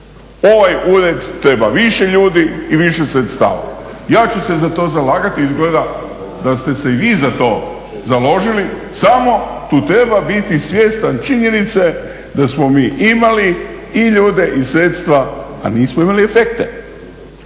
Ovaj ured treba više ljudi i više sredstava. Ja ću se za to zalagati, izgleda da ste se i vi za to založili. Samo tu treba biti svjestan činjenice da smo mi imali i ljude i sredstva a nismo imali efekte.